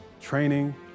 training